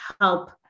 help